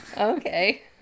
okay